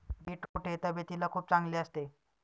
beetroot हे तब्येतीला खूप चांगले असते